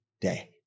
day